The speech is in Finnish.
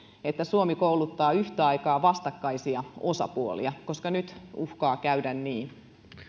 että suomi kouluttaa yhtä aikaa vastakkaisia osapuolia koska nyt uhkaa käydä niin